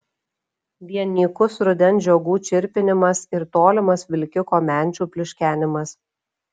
vien nykus rudens žiogų čirpinimas ir tolimas vilkiko menčių pliuškenimas